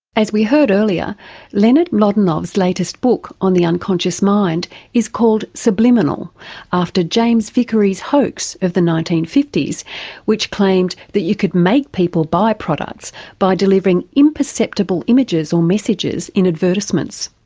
as we heard earlier leonard mlodinow's latest book on the unconscious mind is called subliminal after james vicary's hoax of the nineteen fifty s which claimed that you could make people buy products by delivering imperceptible images or messages in advertisements.